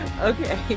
Okay